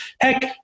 heck